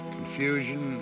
Confusion